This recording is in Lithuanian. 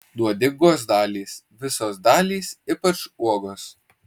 nuodingos dalys visos dalys ypač uogos